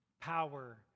power